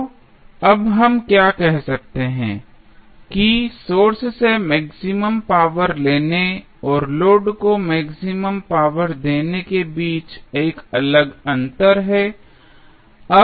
तो अब हम क्या कह सकते हैं कि सोर्स से मैक्सिमम पावर लेने और लोड को मैक्सिमम पावर देने के बीच एक अलग अंतर है